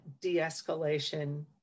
de-escalation